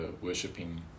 worshipping